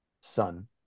son